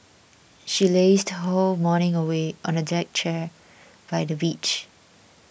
she lazed whole morning away on a deck chair by the beach